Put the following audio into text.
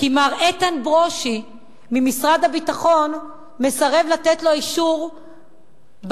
כי מר איתן ברושי ממשרד הביטחון מסרב לתת לו אישור ברשות.